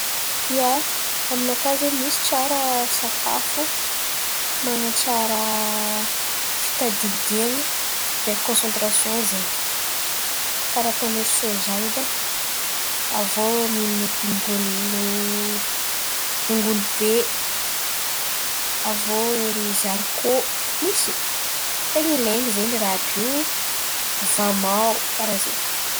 ia, aminakà zen̈y misy tsara sakafo manatsara fitadidiana ndraiky konsentrasion zen̈y. Karà ataon̈y ery soja edy ai, avô mihina dongolo dongolo be, avô ery zarikô misy. Ten̈a ilain̈y zen̈y raha àby io, vamaho karà zen̈y.